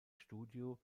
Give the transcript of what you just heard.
studio